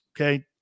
Okay